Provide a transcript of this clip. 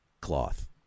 cloth